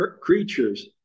creatures